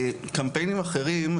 קמפיינים אחרים,